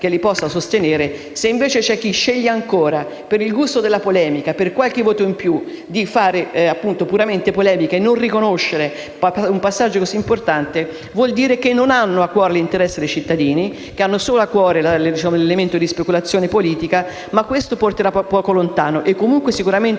che li possa sostenere. Se, invece, c'è chi sceglie ancora, per il gusto della polemica e per qualche voto in più, di fare puramente polemica senza riconoscere un passaggio così importante, vuol dire che non ha a cuore l'interesse dei cittadini, ma solo l'elemento di speculazione politica. Questo porterà poco lontano e sicuramente